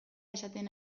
esaten